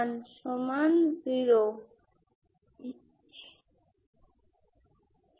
আমি Pn 1 নিলে কি হবে